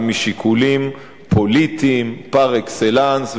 משיקולים פוליטיים פר-אקסלנס.